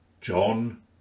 John